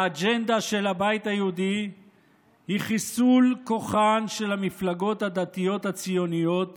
האג'נדה של הבית היהודי היא חיסול כוחן של המפלגות הדתיות הציוניות